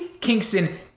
Kingston